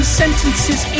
sentences